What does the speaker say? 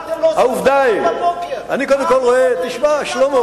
העובדה היא, אני קודם כול רואה, אבל,